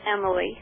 Emily